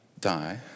die